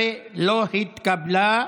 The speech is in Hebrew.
18 לא התקבלה.